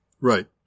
Right